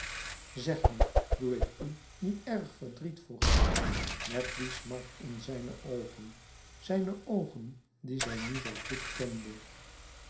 zeg me doe ik u niet erg verdriet vroeg hij met die smart in zijne oogen zijne oogen die zij nu zoo goed kende